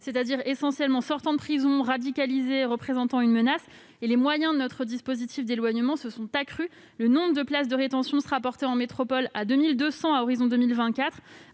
c'est-à-dire essentiellement sortant de prison, radicalisés, représentant une menace. Les moyens de notre dispositif d'éloignement ont été accrus. Le nombre de places de rétention sera porté en métropole à 2 200 à l'horizon de 2024,